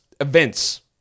events